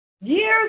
years